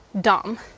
dumb